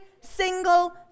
single